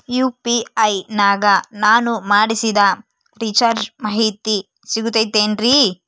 UPI ನಾಗ ನಾನು ಮಾಡಿಸಿದ ರಿಚಾರ್ಜ್ ಮಾಹಿತಿ ಸಿಗುತೈತೇನ್ರಿ?